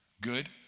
good